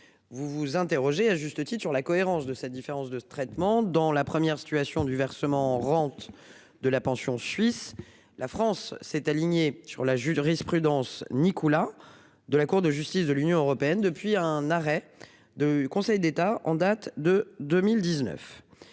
Vous vous interrogez, à juste titre sur la cohérence de cette différence de traitement dans la première situation du versement rente de la pension suisses. La France s'est alignée sur la jurisprudence Nicolas. De la Cour de justice de l'Union européenne. Depuis un arrêt du Conseil d'État en date de 2019.